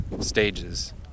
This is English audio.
stages